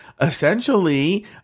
essentially